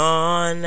on